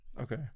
okay